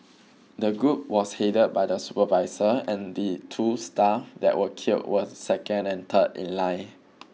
the group was headed by the supervisor and the two staff that were killed was second and third in line